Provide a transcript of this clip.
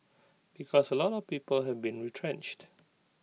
because A lot of people have been retrenched